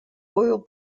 oil